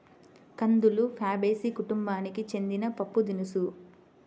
కందులు ఫాబేసి కుటుంబానికి చెందిన పప్పుదినుసు